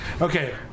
Okay